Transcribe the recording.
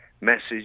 message